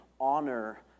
honor